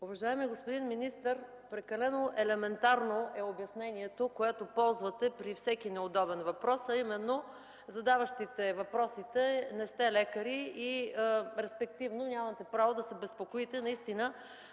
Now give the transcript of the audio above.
Уважаеми господин министър, прекалено елементарно е обяснението, което ползвате при всеки неудобен въпрос, а именно: „Задаващите въпросите не сте лекари и респективно нямате правото да се безпокоите”. Наистина